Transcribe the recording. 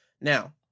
Now